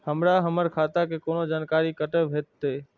हमरा हमर खाता के कोनो जानकारी कते भेटतै